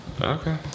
Okay